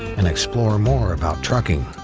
and explore more about trucking.